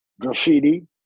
Graffiti